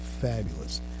fabulous